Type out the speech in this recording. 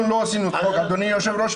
אנחנו לא עשינו צחוק, אדוני היושב-ראש.